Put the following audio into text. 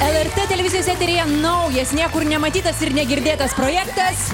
lrt televizijos eteryje naujas niekur nematytas ir negirdėtas projektas